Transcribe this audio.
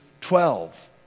twelve